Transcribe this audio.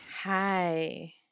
Hi